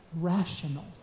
rational